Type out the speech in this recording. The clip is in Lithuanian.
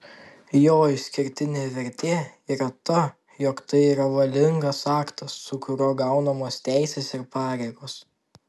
jo išskirtinė vertė yra ta jog tai yra valingas aktas su kuriuo gaunamos teisės ir pareigos